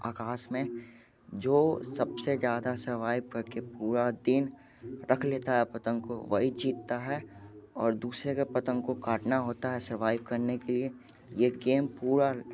आकाश में जो सबसे ज़्यादा सरवाइव करके पूरा दिन रख लेता है पतंग को वही जीतता है और दूसरे के पतंग को काटता होता है सरवाइव करने के लिए ये गेम पूरा